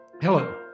Hello